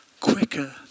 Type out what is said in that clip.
quicker